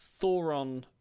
Thoron